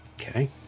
Okay